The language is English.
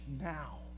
now